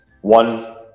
one